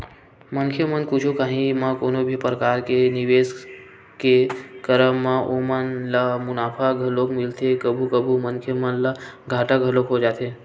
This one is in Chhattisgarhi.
मनखे मन कुछु काही म कोनो भी परकार के निवेस के करब म ओमन ल मुनाफा घलोक मिलथे कभू कभू मनखे मन ल घाटा घलोक हो जाथे